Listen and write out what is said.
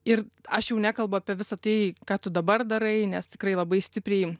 ir aš jau nekalbu apie visa tai ką tu dabar darai nes tikrai labai stipriai